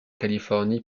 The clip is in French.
californie